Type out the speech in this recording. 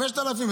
5,000,